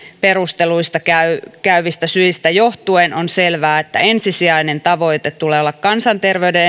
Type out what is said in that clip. perusteluista ilmi käyvistä syistä johtuen on selvää että ensisijainen tavoite tulee olla kansanterveyden